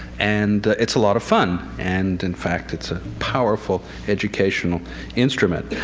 and it's a lot of fun. and in fact, it's a powerful educational instrument.